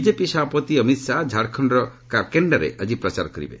BJP ସଭାପତି ଅମିତ ଶାହା ଝାଡ଼ଖଣ୍ଡର କାର୍କେଶ୍ଡାରେ ଆଜି ପ୍ରଚାର କରିବେ